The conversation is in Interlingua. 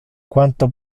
quanto